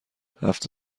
هفت